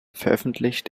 veröffentlicht